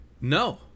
No